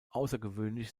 außergewöhnlich